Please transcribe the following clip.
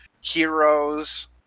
heroes